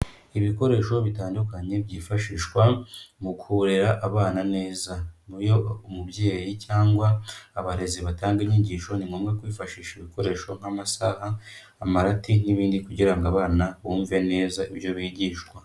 Ibikoresho bitandukanye byifashishwa mu kurera abana neza. Niyo umubyeyi cyangwa abarezi batanga inyigisho ni ngombwa kwifashisha ibikoresho nk'amasaha, amarati n'ibindi kugira ngo abana bumve neza ibyo bigishwa.